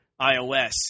iOS